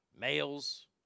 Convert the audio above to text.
males